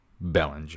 Bellinger